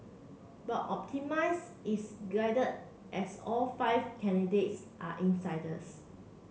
but optimise is guided as all five candidates are insiders